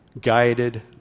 guided